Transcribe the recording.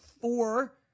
four